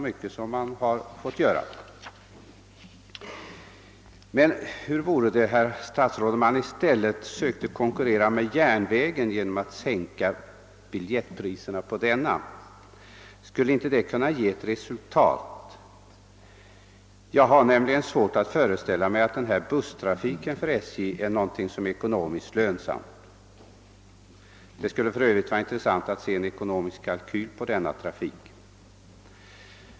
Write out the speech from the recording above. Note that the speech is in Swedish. Men, herr statsråd, hur vore det om man i stället försökte konkurrera med järnvägen genom att sänka biljettpriserna på denna? Skulle inte det kunna ge resultat? Jag har svårt att föreställa mig att nämnda busstrafik är ekonomiskt lönsam för SJ. Det skulle för övrigt vara intressant att få se en ekonomisk kalkyl över denna trafik.